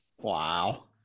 Wow